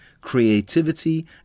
creativity